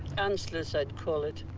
anschluss i'd call it